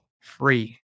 free